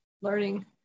learning